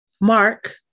Mark